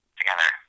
together